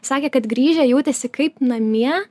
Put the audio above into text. sakė kad grįžę jautėsi kaip namie